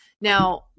Now